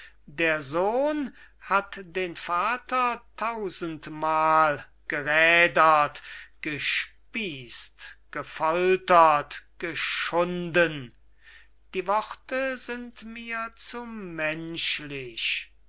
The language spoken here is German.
der sohn hat den vater tausendmal gerädert gespießt gefoltert geschunden die worte sind mir zu menschlich